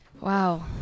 Wow